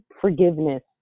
forgiveness